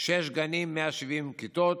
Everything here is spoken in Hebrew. שישה גנים, 170 כיתות,